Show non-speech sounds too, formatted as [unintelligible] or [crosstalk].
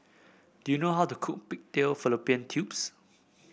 do you know how to cook Pig [unintelligible] Fallopian Tubes